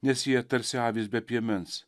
nes jie tarsi avys be piemens